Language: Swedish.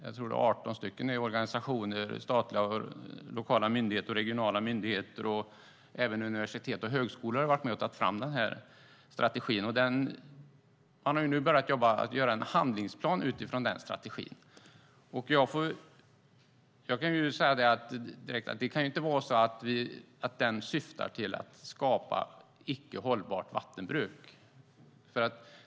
Jag tror att det är 18 organisationer, statliga, lokala och regionala myndigheter samt universitet och högskolor som har varit med och tagit fram den. Man har nu börjat jobba med att göra en handlingsplan utifrån denna strategi. Det kan inte vara så att den syftar till att skapa ett icke hållbart vattenbruk.